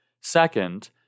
Second